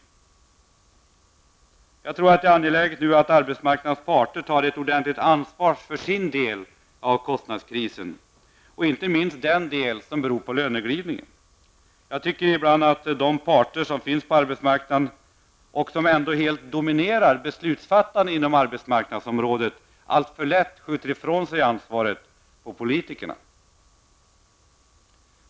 Jag tror att det är angeläget att arbetsmarknadens parter nu tar ett ordentligt ansvar för sin del av kostnadskrisen, inte minst den del som beror på löneglidning. Jag tycker ibland att de parter som finns på arbetsmarknaden och som ändå helt dominerar beslutsfattandet på arbetsmarknadsområdet alltför lätt skjuter ifrån sig ansvaret på politikerna.